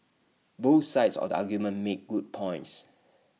both sides of the argument make good points